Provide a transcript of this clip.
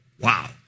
Wow